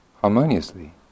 harmoniously